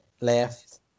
left